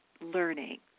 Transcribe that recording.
learning